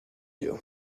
you